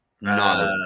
No